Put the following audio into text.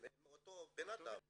עם אותו אדם.